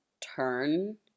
turn